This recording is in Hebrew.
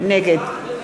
אינו נוכח